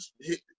hit